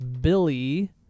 Billy